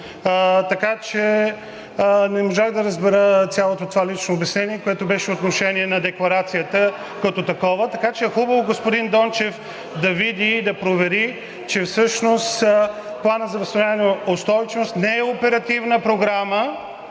така че не можах да разбера цялото това лично обяснение, което беше отношение на декларацията като такова. Така че е хубаво господин Дончев да види и да провери, че всъщност Планът за възстановяване и устойчивост не е оперативна програма,